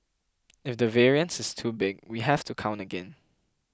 if the variance is too big we have to count again